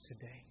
today